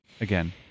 again